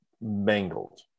mangled